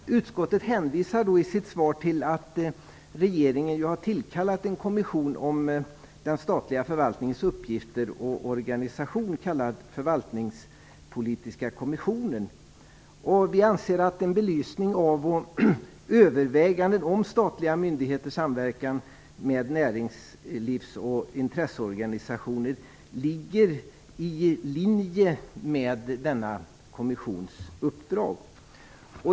Utskottet hänvisar i sitt svar till att regeringen nu har tillkallat en kommission om den statliga förvaltningens uppgifter och organisation, kallad Förvaltningspolitiska kommissionen. Vi anser att en belysning av och överväganden om statliga myndigheters samverkan med näringslivs och intresseorganisationer ligger i linje med denna kommissions uppdrag.